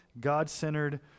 God-centered